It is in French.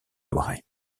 loiret